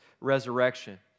resurrection